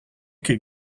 could